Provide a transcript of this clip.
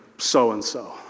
so-and-so